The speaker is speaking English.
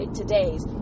today's